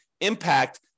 impact